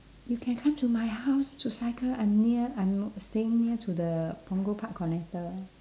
you can come to my house to cycle I'm near I'm n~ staying near to the punggol park connector